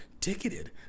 ticketed